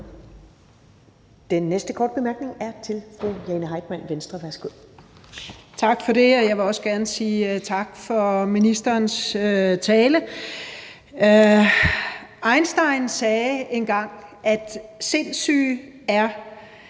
Den næste korte bemærkning er til fru Jane Heitmann, Venstre. Værsgo. Kl. 11:31 Jane Heitmann (V): Tak for det, og jeg vil også gerne sige tak for ministerens tale. Einstein sagde engang, at sindssyge er